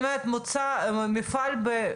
אוקיי.